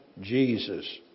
Jesus